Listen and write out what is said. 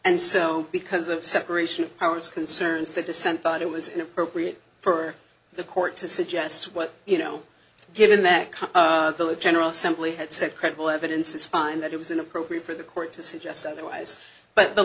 and so because of separation of powers concerns the dissent but it was inappropriate for the court to suggest what you know given that cause general assembly had said credible evidence is fine that it was inappropriate for the court to suggest otherwise but the